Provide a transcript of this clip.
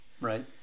Right